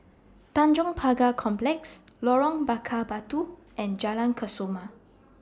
Tanjong Pagar Complex Lorong Bakar Batu and Jalan Kesoma